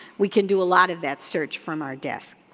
we can do a lot of that search from our desk.